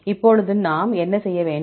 இப்போது நாம் என்ன செய்ய வேண்டும்